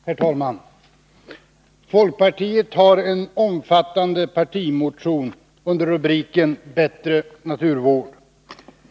Herr talman! Folkpartiet har en omfattande partimotion under rubriken Bättre naturvård.